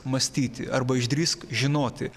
mąstyti arba išdrįsk žinoti